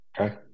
Okay